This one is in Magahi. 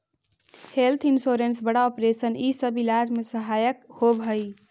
हेल्थ इंश्योरेंस बड़ा ऑपरेशन इ सब इलाज में सहायक होवऽ हई